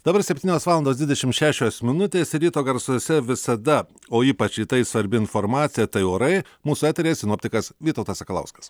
dabar septynios valandos dvidešimt šešios minutės ryto garsuose visada o ypač rytais svarbi informacija tai orai mūsų eteryje sinoptikas vytautas sakalauskas